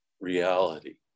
reality